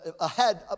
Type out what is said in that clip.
ahead